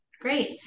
great